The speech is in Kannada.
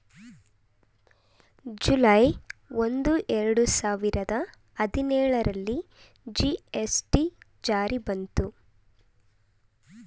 ಜುಲೈ ಒಂದು, ಎರಡು ಸಾವಿರದ ಹದಿನೇಳರಲ್ಲಿ ಜಿ.ಎಸ್.ಟಿ ಜಾರಿ ಬಂತು